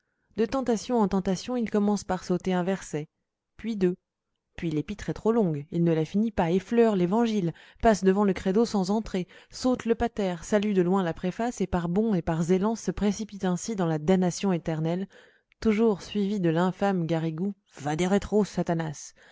de tentation en tentation il commence par sauter un verset puis deux puis l'épître est trop longue il ne la finit pas effleure l'évangile passe devant le credo sans entrer saute le pater salue de loin la préface et par bonds et par élans se précipite ainsi dans la damnation éternelle toujours suivi de l'infâme garrigou